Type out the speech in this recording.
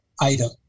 item